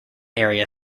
area